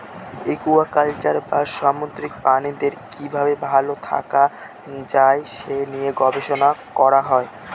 aquaculture বা সামুদ্রিক প্রাণীদের কি ভাবে ভালো থাকা যায় সে নিয়ে গবেষণা করা হয়